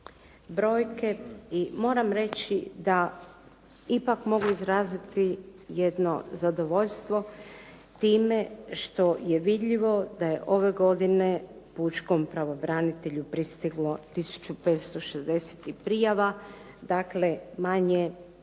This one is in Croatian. brojke i moram reći da ipak mogu izraziti jedno zadovoljstvo time što je vidljivo da je ove godine pučkom pravobranitelju pristiglo tisuću 560 prijava, dakle manje